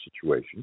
situation